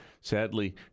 Sadly